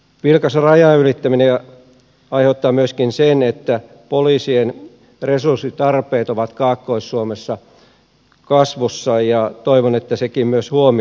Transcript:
vilkas rajanylittäminen aiheuttaa myöskin sen että poliisien resurssitarpeet ovat kaakkois suomessa kasvussa ja toivon että sekin myös huomioidaan